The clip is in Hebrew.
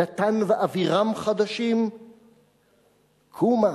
דתן ואבירם חדשים?/ קומה